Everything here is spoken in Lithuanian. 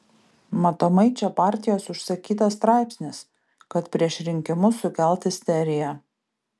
matomai čia partijos užsakytas straipsnis kad prieš rinkimus sukelt isteriją